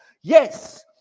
Yes